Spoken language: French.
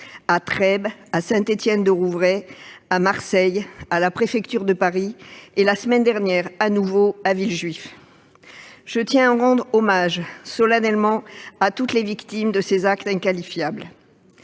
à Trèbes, à Saint-Étienne-du-Rouvray, à Marseille, à la préfecture de Paris et, la semaine dernière, de nouveau, à Villejuif. Je tiens à rendre hommage solennellement à toutes les victimes de ces actes inqualifiables.